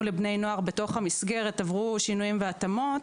לבני נוער בתוך המסגרת עברו שינויים והתאמות,